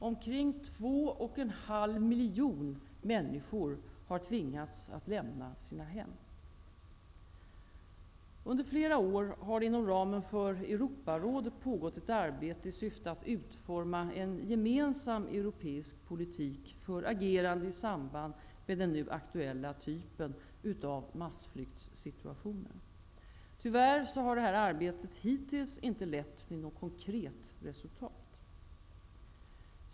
Omkring 2,5 miljoner människor har tvingats lämna sina hem. Under flera år har det inom ramen för Europarådet pågått ett arbete i syfte att utforma en gemensam europeisk politik för agerande i samband med den nu aktuella typen av massflyktssituationer. Tyvärr har detta arbete hittills inte lett till något konkret resultat.